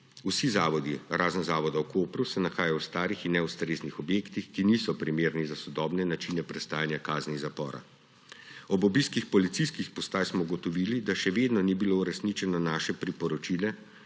razen zavoda v Kopru, se nahajajo v starih in neustreznih objektih, ki niso primerni za sodobne načine prestajanja kazni zapora. Ob obiskih policijskih postaj smo ugotovili, da še vedno ni bilo uresničeno naše priporočilo,